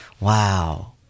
wow